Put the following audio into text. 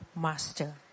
master